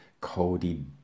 Cody